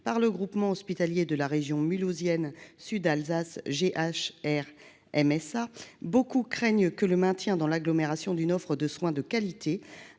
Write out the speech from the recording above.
par le groupe hospitalier de la région de Mulhouse et Sud-Alsace (GHRMSA), beaucoup craignent que le maintien dans l'agglomération d'une offre de soins de qualité,